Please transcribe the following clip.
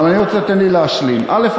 אבל אני רוצה שתיתן לי להשלים, א.